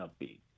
upbeat